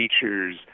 features